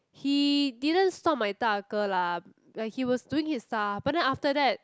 he didn't stop my 大哥 lah he was doing his stuff but then after that